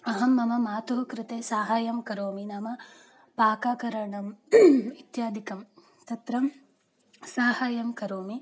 अहं मम मातुः कृते साहाय्यं करोमि नाम पाककरणं इत्यादिकं तत्र साहाय्यं करोमि